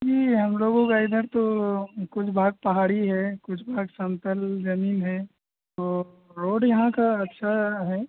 यह हमलोगों का इधर तो कुछ भाग पहाड़ी है कुछ भाग समतल जमीन है तो रोड यहाँ की अच्छी है